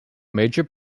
major